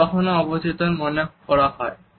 এটি কখনো অবচেতন মনে করা হয়